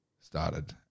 started